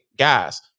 guys